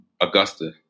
Augusta